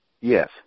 Yes